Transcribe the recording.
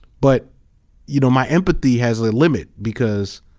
but you know, my empathy has a limit because